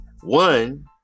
One